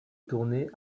tourner